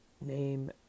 name